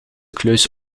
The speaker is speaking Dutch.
kluis